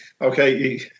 okay